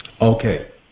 Okay